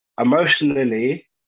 emotionally